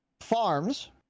Farms